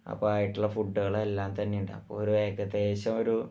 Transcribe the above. അപ്പം ആയിട്ടുള്ള ഫുഡുകളെല്ലാം തന്നെയുണ്ടാവും ഒരു ഏകദേശം ഒരു